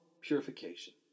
purification